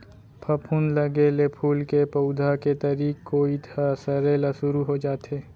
फफूंद लगे ले फूल के पउधा के तरी कोइत ह सरे ल सुरू हो जाथे